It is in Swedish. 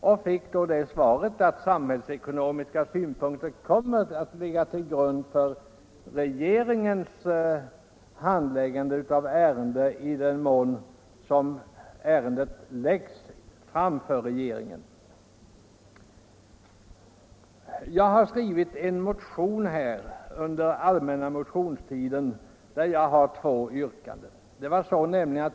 Jag fick då det svaret att samhällsekonomiska synpunkter skulle komma att ligga till grund för regeringens handläggande av ärendet i den mån det lades fram för regeringen. Jag skrev under den allmänna motionstiden en motion, i vilken jag ställde två yrkanden.